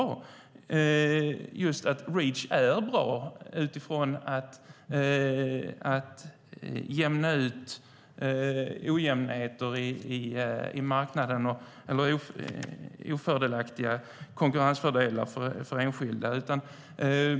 Reach är bra och ger möjlighet att få bort ojämnheter på marknaden och konkurrensnackdelar för enskilda.